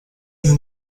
you